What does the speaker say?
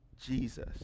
Jesus